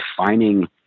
defining